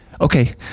Okay